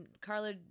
Carla